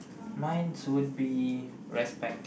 minds would be respect